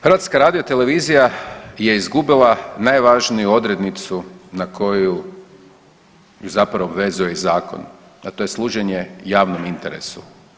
HRT je izgubila najvažniju odrednicu na koju ih zapravo obvezuje i zakon, a to je služenje javnom interesu.